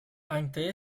ante